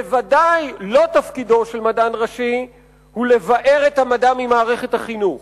בוודאי שאין זה תפקידו של המדען הראשי לבער את המדע ממערכת החינוך,